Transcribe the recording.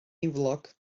niwlog